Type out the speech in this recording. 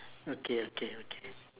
okay okay okay